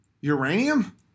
Uranium